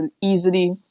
easily